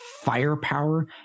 firepower